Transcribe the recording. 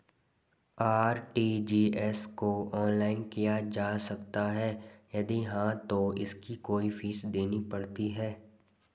RTGS को online किया जा सकता है यदि हाँ तो इसकी कोई फीस देनी पड़ती है?